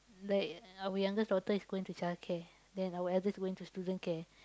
like our youngest daughter is going to childcare then our eldest is going to student care